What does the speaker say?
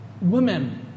women